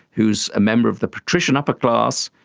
who is a member of the patrician upper-class,